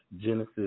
Genesis